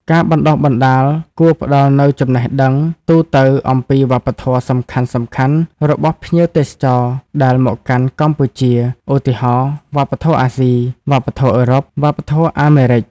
ការបណ្តុះបណ្តាលគួរផ្តល់នូវចំណេះដឹងទូទៅអំពីវប្បធម៌សំខាន់ៗរបស់ភ្ញៀវទេសចរដែលមកកាន់កម្ពុជា ឧទាហរណ៍ វប្បធម៌អាស៊ី វប្បធម៌អឺរ៉ុប វប្បធម៌អាមេរិក។